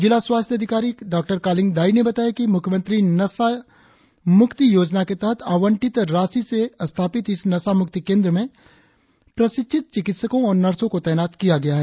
जिला स्वास्थ्य अधिकारी डॉ कालिंग दाई ने बताया कि मुख्यमंत्री नशा योजना के तहत आवंटित राशि से स्थापित इस नशा मुक्ति केंद्र में प्रशिक्षित चिकित्सकों और नर्सों को तैनात किया गया है